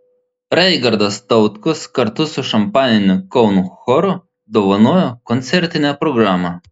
raigardas tautkus kartu su šampaniniu kauno choru dovanojo koncertinę programą